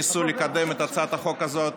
ניסו לקדם את הצעת החוק הזאת